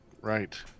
right